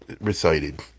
recited